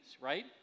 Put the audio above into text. right